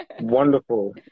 Wonderful